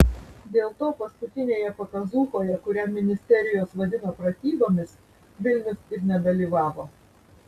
dėl to paskutinėje pakazūchoje kurią ministerijos vadino pratybomis vilnius ir nedalyvavo